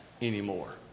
anymore